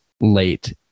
late